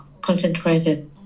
concentrated